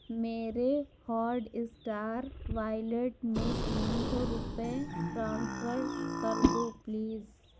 میرے Hotstar wallet میں تین سو روپے ٹرانسفر کر دو پلیز